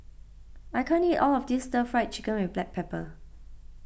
I can't eat all of this Stir Fried Chicken with Black Pepper